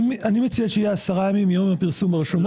אני מציע שיהיה עשרה ימים מיום הפרסום ברשומות.